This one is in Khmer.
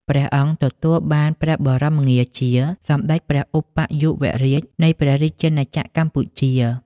ព្រះអង្គទទួលបានព្រះបមងារជា "សម្ដេចព្រះឧបយុវរាជនៃព្រះរាជាណាចក្រកម្ពុជា"។